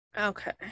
Okay